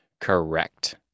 Correct